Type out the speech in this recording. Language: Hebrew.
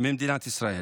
במדינת ישראל,